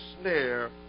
snare